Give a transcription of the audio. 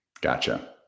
Gotcha